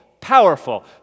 powerful